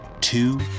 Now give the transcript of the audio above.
two